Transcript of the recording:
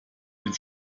den